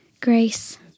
Grace